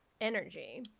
energy